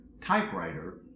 typewriter